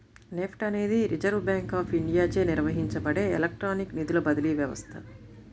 NEFT అనేది reserve bank of ఇండియాచే నిర్వహించబడే ఎలక్ట్రానిక్ నిధుల బదిలీ వ్యవస్థ